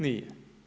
Nije.